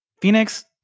Phoenix